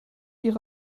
ihre